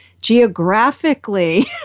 geographically